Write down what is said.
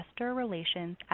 InvestorRelations